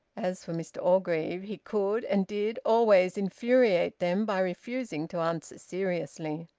as for mr orgreave, he could and did always infuriate them by refusing to answer seriously.